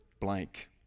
blank